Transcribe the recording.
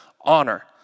Honor